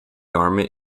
army